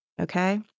Okay